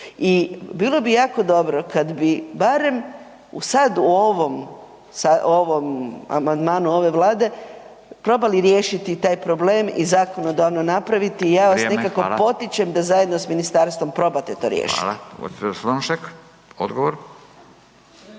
i bilo bi jako dobro kad bi barem sad u ovom amandmanu ove Vlade probali riješiti taj problem i zakonodavno napraviti i ja vas nekako potičem da zajedno s ministarstvom probate to riješiti. **Radin,